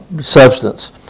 substance